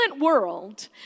world